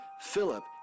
Philip